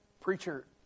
Preacher